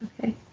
okay